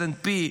S&P,